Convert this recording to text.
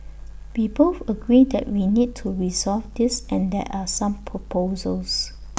we both agree that we need to resolve this and there are some proposals